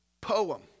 poem